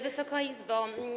Wysoka Izbo!